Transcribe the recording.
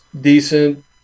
decent